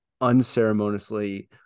unceremoniously